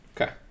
Okay